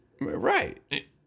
right